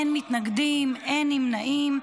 אין מתנגדים, אין נמנעים.